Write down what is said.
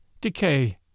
decay